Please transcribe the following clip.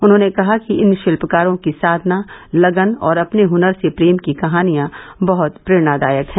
उन्होंने कहा कि इन शिल्पकारों की साधना लगन और अपने हनर से प्रेम की कहानियां बहत प्रेरणादायक हैं